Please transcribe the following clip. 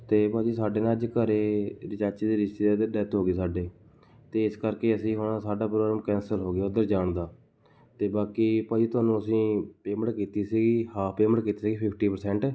ਅਤੇ ਭਾਅ ਜੀ ਸਾਡੇ ਨਾ ਅੱਜ ਘਰ ਸਾਡੀ ਚਾਚੀ ਦੇ ਰਿਸ਼ਤੇਦਾਰੀ ਦੇ ਡੈਥ ਹੋ ਗਈ ਸਾਡੇ ਅਤੇ ਇਸ ਕਰਕੇ ਅਸੀਂ ਹੁਣ ਸਾਡਾ ਪ੍ਰੋਗਰਾਮ ਕੈਂਸਲ ਹੋ ਗਿਆ ਉੱਧਰ ਜਾਣ ਦਾ ਅਤੇ ਬਾਕੀ ਭਾਅ ਜੀ ਤੁਹਾਨੂੰ ਅਸੀਂ ਪੇਮੈਂਟ ਕੀਤੀ ਸੀਗੀ ਹਾਫ ਪੇਮੈਂਟ ਕੀਤੀ ਸੀਗੀ ਫਿਫਟੀ ਪ੍ਰਸੈਂਟ